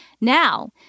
Now